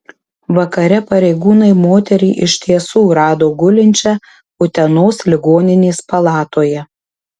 vakare pareigūnai moterį iš tiesų rado gulinčią utenos ligoninės palatoje